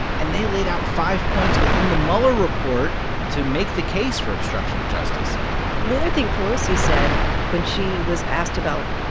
and they laid out five points within the mueller report to make the case for obstruction of justice and other thing pelosi said when she was asked about,